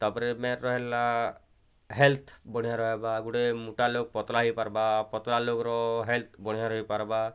ତା'ପରେ ମେନ୍ ରହିଲା ହେଲ୍ଥ୍ ବଢ଼ିଆ ରହିବା ଗୁଡ଼େ ମୋଟା ଲୋକ୍ ପତଲା ହେଇପାରିବା ଆଉ ପତଲା ଲୋକ୍ର ହେଲ୍ଥ୍ ବଢ଼ିଆ ରହିପାର୍ବା